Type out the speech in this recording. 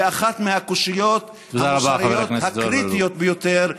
באחת מהקושיות הקריטיות ביותר,